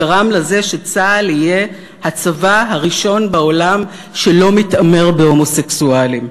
גרם לזה שצה"ל יהיה הצבא הראשון בעולם שלא מתעמר בהומוסקסואלים.